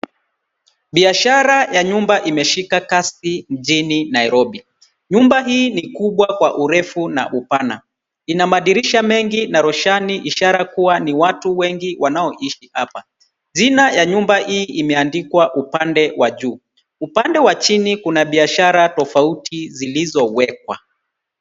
Biashara ya nyumba imeshika kasi mjini Nairobi. Nyumba hii ni kubwa kwa urefu na upana. Ina madirisha mengi na roshani, ishara kuwa ni watu wengi wanaoaisha hapa. Jina ya nyumba hii imeandikwa upande wa juu, upande wa chini kuna biashara tofauti zilizowekwa.